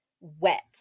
wet